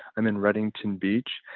i'm in reddington beach.